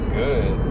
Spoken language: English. good